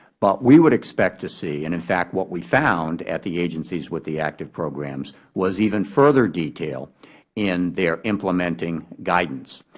but we would expect to see, and in fact what we found at the agencies with the active programs, was even further detail in their implementing guidance.